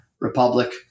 Republic